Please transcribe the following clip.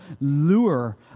lure